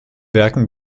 werken